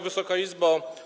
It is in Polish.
Wysoka Izbo!